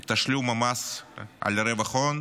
את תשלום המס על רווח הון